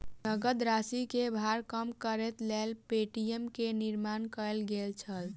नकद राशि के भार कम करैक लेल पे.टी.एम के निर्माण कयल गेल छल